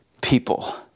people